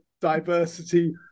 diversity